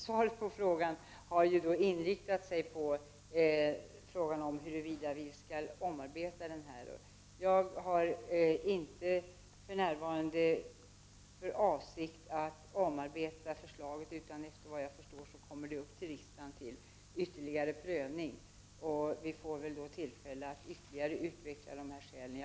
Svaret på frågan har inriktats på huruvida vi skall omarbeta lagen. Jag har för närvarande inte för avsikt att omarbeta förslaget. Såvitt jag förstår kommer frågan att tas upp i riksdagen för ytterligare prövning. Vi får väl då tillfälle att ytterligare utveckla skälen.